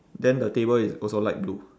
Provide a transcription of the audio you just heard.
then the table is also light blue